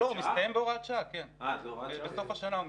הוא מסתיים בהוראת שעה בסוף השנה.